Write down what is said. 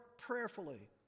prayerfully